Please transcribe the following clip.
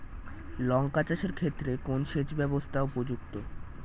লঙ্কা চাষের ক্ষেত্রে কোন সেচব্যবস্থা উপযুক্ত?